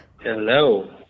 hello